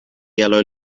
yellow